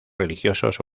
religiosos